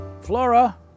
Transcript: Flora